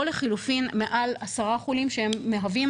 או לחילופין מעל 10 חולים שהם מהווים